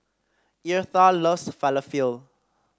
Eartha loves Falafel